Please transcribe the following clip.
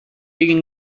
egin